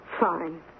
Fine